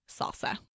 salsa